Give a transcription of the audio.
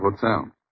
Hotel